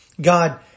God